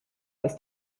ist